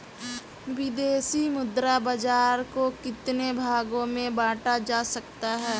विदेशी मुद्रा बाजार को कितने भागों में बांटा जा सकता है?